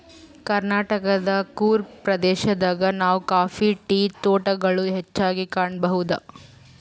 ಕರ್ನಾಟಕದ್ ಕೂರ್ಗ್ ಪ್ರದೇಶದಾಗ್ ನಾವ್ ಕಾಫಿ ಟೀ ತೋಟಗೊಳ್ ಹೆಚ್ಚಾಗ್ ಕಾಣಬಹುದ್